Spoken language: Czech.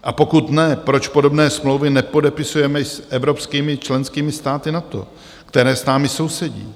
A pokud ne, proč podobné smlouvy nepodepisujeme s evropskými členskými státy NATO, které s námi sousedí?